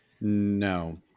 No